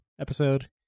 episode